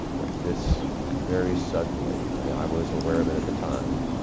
but this very suddenly, and i was aware of it at the time,